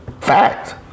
fact